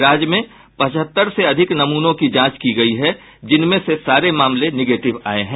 राज्य में पचहत्तर से अधिक नमूनों की जांच की गयी है जिनमें से सारे मामले निगेटिव आये हैं